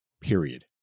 period